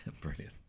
Brilliant